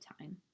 time